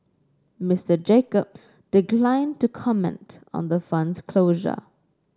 Mister Jacob declined to comment on the fund's closure